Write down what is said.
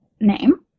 name